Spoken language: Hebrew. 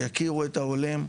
שיכירו את העולים,